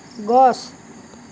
গছ